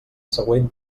següent